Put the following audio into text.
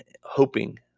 hoping